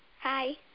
Hi